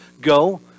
go